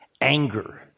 anger